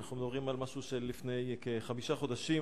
אנחנו מדברים על משהו שלפני כחמישה חודשים,